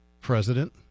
president